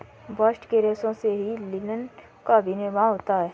bast के रेशों से ही लिनन का भी निर्माण होता है